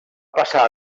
passar